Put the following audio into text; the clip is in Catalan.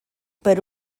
per